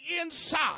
inside